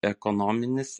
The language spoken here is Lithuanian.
ekonominis